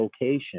location